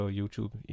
YouTube